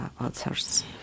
authors